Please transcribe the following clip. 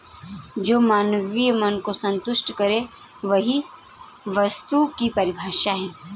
जो मानवीय मन को सन्तुष्ट करे वही वस्तु की परिभाषा है